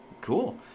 Cool